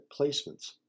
placements